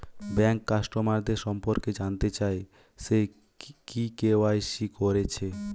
bank কাস্টমারদের সম্পর্কে জানতে চাই সে কি কে.ওয়াই.সি কোরেছে